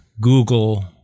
Google